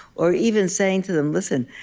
or even saying to them, listen,